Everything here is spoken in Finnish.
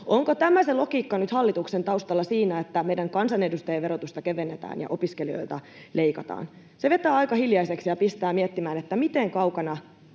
Onko tämä nyt se logiikka hallituksen taustalla siinä, että meidän kansanedustajien verotusta kevennetään ja opiskelijoilta leikataan? Se vetää aika hiljaiseksi ja pistää miettimään, miten kaukana